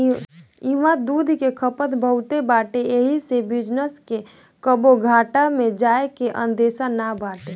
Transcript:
इहवा दूध के खपत बहुते बाटे एही से ए बिजनेस के कबो घाटा में जाए के अंदेशा नाई बाटे